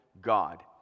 God